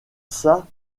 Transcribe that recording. ça